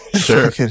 Sure